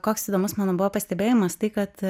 koks įdomus mano buvo pastebėjimas tai kad